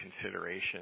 consideration